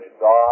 God